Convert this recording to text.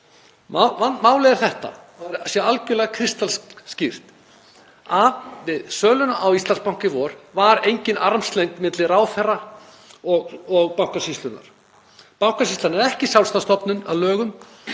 Málið er, og það þarf að vera algerlega kristaltært, að við söluna á Íslandsbanka í vor var engin armslengd milli ráðherra og Bankasýslunnar. Bankasýslan er ekki sjálfstæð stofnun að lögum,